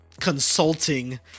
consulting